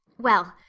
well,